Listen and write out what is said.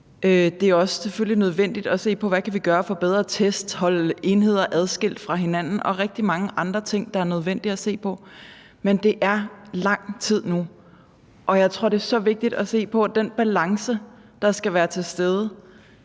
Det er selvfølgelig nødvendigt også at se på, hvad vi kan gøre for at få bedre test, at holde enheder adskilt fra hinanden og rigtig mange andre ting, det er nødvendige at se på, men nu har det varet lang tid. Det er så vigtigt at se på den balance, der skal være til stede.